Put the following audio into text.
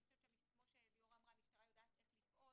אני חושבת שכמו שליאורה אמרה המשטרה יודעת איך לפעול,